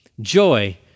joy